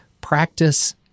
practice